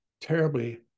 terribly